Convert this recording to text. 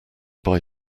buy